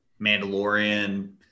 mandalorian